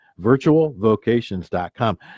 virtualvocations.com